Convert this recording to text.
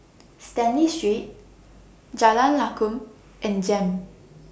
Stanley Street Jalan Lakum and Jem